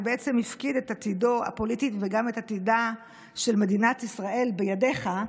ובעצם הפקיד את עתידו הפוליטי וגם את עתידה של מדינת ישראל בידיך,